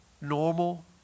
normal